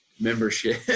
membership